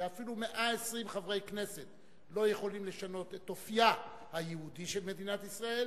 שאפילו 120 חברי כנסת לא יכולים לשנות את אופיה היהודי של מדינת ישראל,